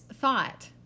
thought